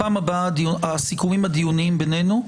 הסיכומים הדיוניים בינינו,